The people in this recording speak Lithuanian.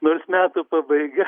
nors metų pabaiga